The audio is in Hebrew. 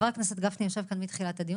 חבר הכנסת גפני יושב כאן מתחילת הדיון